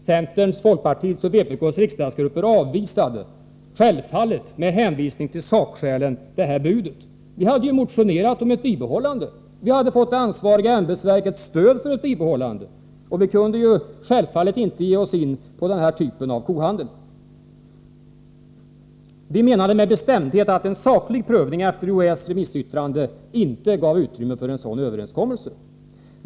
Centerns, folkpartiets och vpk:s riksdagsgrupper avvisade självfallet, med hänvisning till sakskälen, detta ”bud”. Vi hade motionerat om ett bibehållande, och vi hade fått det ansvariga ämbetsverkets stöd för ett bibehållande. Vi kunde självfallet då inte ge oss in på denna typ av kohandel. Vi menade med bestämdhet att en saklig prövning efter UHÄ:s remissyttrande inte gav utrymme för en sådan överenskommelse.